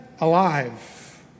Alive